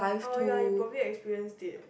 oh ya you probably experience it